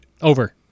Over